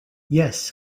yes